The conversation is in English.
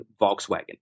Volkswagen